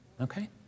Okay